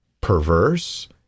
perverse